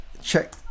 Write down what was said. check